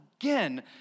again